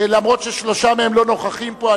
גם אם שלושה מהם לא נוכחים פה,